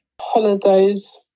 holidays